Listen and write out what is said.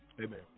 Amen